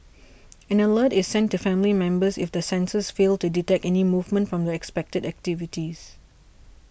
an alert is sent to family members if the sensors fail to detect any movement from the expected activities